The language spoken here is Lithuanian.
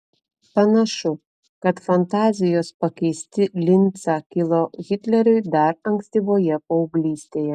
panašu kad fantazijos pakeisti lincą kilo hitleriui dar ankstyvoje paauglystėje